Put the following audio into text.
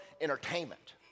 entertainment